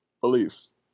beliefs